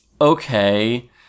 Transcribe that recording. Okay